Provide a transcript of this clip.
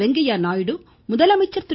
வெங்கையா நாயுடு முதலமைச்சர் திரு